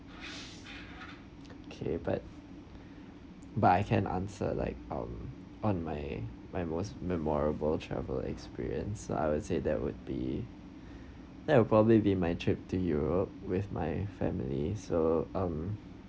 okay but but I can answer like um on my my most memorable travel experience I would say that would be that would probably be my trip to europe with my family so um